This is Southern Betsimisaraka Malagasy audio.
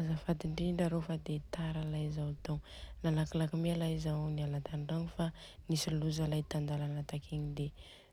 Azafady indrindra arô fa de tara alay zaho tonga. Nalakilaky mi alay zaho Io niala tandragno fa nisy loza alay tandalana takagny de